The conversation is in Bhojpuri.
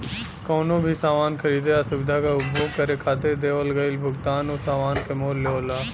कउनो भी सामान खरीदे या सुविधा क उपभोग करे खातिर देवल गइल भुगतान उ सामान क मूल्य होला